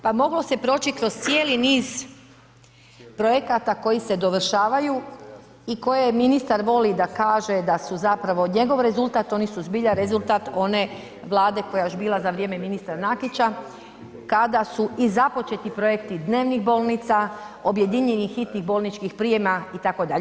Pa moglo se proći kroz cijeli niz projekata koji se dovršavaju i koje ministar voli da kaže da su zapravo njegov rezultat oni su zbilja rezultat one vlade koja je još bila za vrijeme ministra Nakića kada su i započeti projekti dnevnih bolnica, objedinjenih hitnih bolničkih prijema itd.